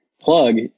plug